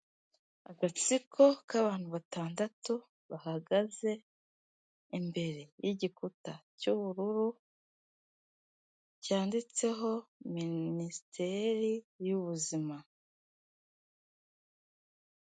Agatsiko k'abantu batandatu bahagaze imbere y'igikuta cy'ubururu cyanditseho Minisiteri y'Ubuzima.